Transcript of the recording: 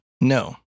No